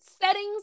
settings